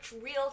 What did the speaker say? real